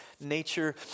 nature